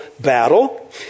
battle